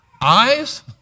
Eyes